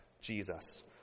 Jesus